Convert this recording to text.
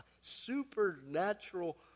supernatural